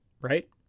Right